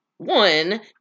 One